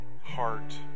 Heart